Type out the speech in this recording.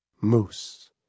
Moose